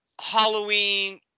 Halloween